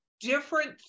different